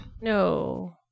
No